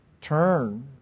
turn